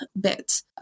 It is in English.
bit